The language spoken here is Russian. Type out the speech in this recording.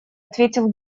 ответил